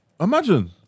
Imagine